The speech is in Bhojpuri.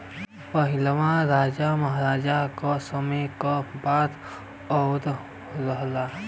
पहिलवा राजा महराजा के समय क बात आउर रहल